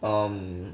um